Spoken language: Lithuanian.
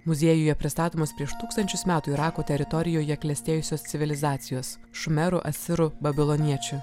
muziejuje pristatomos prieš tūkstančius metų irako teritorijoje klestėjusios civilizacijos šumerų asirų babiloniečių